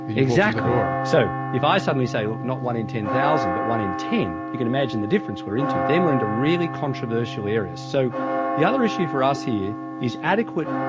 exactly. so if i suddenly say not one in ten thousand but one in ten, you can imagine the difference we are into, then we are into really controversial areas. so the other issue for us here is adequate,